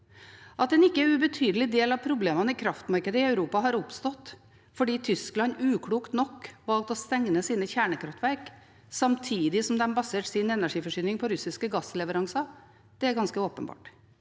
At en ikke ubetydelig del av problemene i kraftmarkedet i Europa har oppstått fordi Tyskland uklokt nok valgte å stenge ned sine kjernekraftverk samtidig som de baserte sin energiforsyning på russiske gassleveranser, er ganske åpenbart,